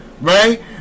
Right